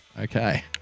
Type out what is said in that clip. Okay